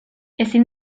ezin